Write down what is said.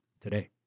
today